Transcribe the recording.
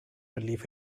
believe